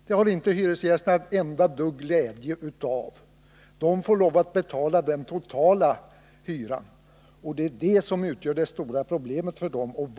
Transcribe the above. Det har inte hyresgästerna ett dugg glädje av, de får lov att betala den totala hyran, och det är det som utgör det stora problemet för dem.